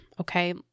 okay